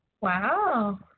Wow